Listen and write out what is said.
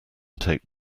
take